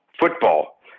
football